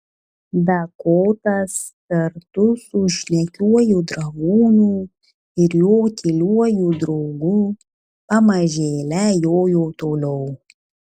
dakotas kartu su šnekiuoju dragūnu ir jo tyliuoju draugu pamažėle jojo toliau